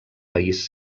país